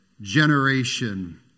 generation